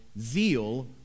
zeal